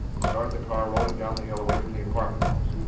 started the car rolling down the hill away from the apartment house.